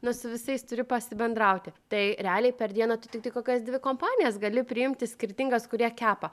nu su visais turi pasibendrauti tai realiai per dieną tu tiktai kokias dvi kompanijas gali priimti skirtingas kurie kepa